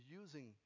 using